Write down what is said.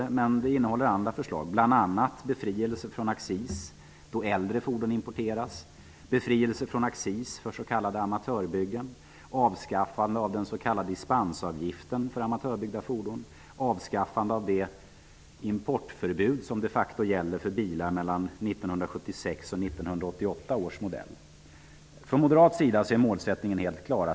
Den innehåller också andra förslag, bl.a. För Moderaterna är målsättningen helt klar.